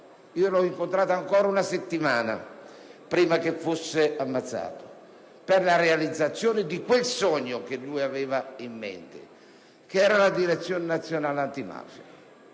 L'ho incontrato ancora, una settimana prima che fosse ammazzato, per la realizzazione del sogno che aveva in mente: la Direzione nazionale antimafia,